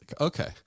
Okay